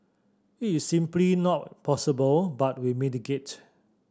it is simply not possible but we mitigate